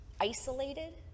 isolated